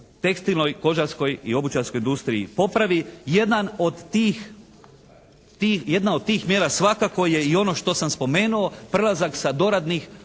tekstilnoj, kožarskoj i obućarskoj industriji popravi. Jedan od tih, jedna od tih mjera svakako je i ono što sam spomenuo, prelazak sa doradnih